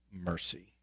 mercy